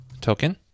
token